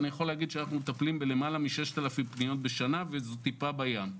אני יכול להגיד שאנחנו מטפלים בלמעלה מ-6,000 פניות בשנה וזו טיפה בים.